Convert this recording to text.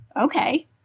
okay